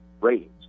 ratings